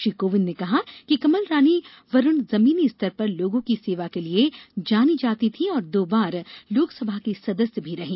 श्री कोविंद ने कहा कि कमलरानी वरूण जमीनी स्तर पर लोगों की सेवा के लिए जानी जाती थी और दो बार लोकसभा की सदस्य भी रही